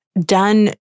done